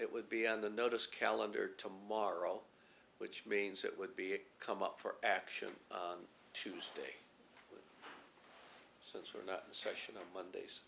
it would be on the notice calendar tomorrow which means it would be a come up for action tuesday since we're not session on mondays